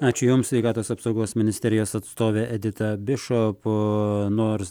ačiū jums sveikatos apsaugos ministerijos atstovė edita bišop nors